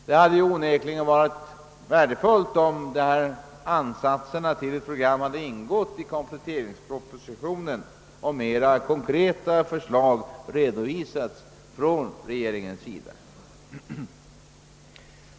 Det hade onekligen varit värdefullt, om dessa ansatser till ett program hade ingått i kompletteringspropositionen och mera konkreta åtgärder redovisats av regeringen.